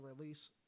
release